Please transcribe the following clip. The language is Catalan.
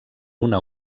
una